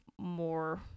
more